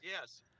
Yes